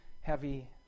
heavy